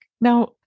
Now